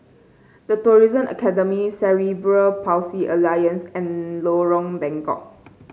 The Tourism Academy Cerebral Palsy Alliance and Lorong Bengkok